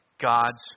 God's